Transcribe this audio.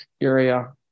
area